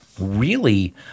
really-